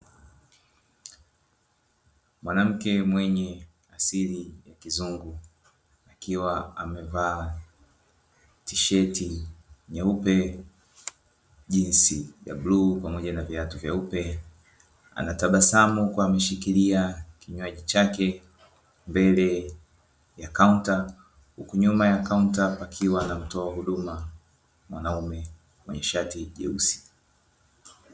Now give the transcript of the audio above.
Mwanamke mwenye asili ya kizungu; akiwa amevaa tisheti nyeupe, jinzi ya bluu pamoja na viatu vyeupe. Anatabasamu huku ameshikilia kinywaji chake mbele ya kaunta huku nyuma ya kaunta pakiwa na mtoa huduma mwanaume mwenye shati jeusi.